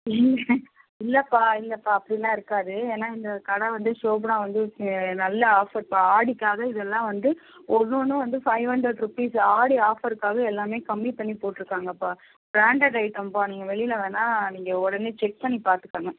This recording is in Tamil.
ம் இல்லைப்பா இல்லைப்பா அப்படில்லாம் இருக்காது ஏன்னா இந்த கடை வந்து ஷோபனா வந்து நல்ல ஆஃபர்ப்பா ஆடிக்காக இதெல்லாம் வந்து ஒன்று ஒன்றும் வந்து ஃபைவ் ஹண்ட்ரட் ருப்பீஸ் ஆடி ஆஃபர்க்காக எல்லாமே கம்மி பண்ணி போட்டுருக்காங்கப்பா ப்ராண்டெட் ஐட்டம் தான் நீங்கள் வெளியில் வேணுணா நீங்கள் உடனே செக் பண்ணி பார்த்துக்கணும்